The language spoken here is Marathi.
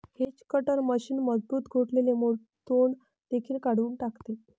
हेज कटर मशीन मजबूत गोठलेले मोडतोड देखील काढून टाकते